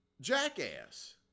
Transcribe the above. jackass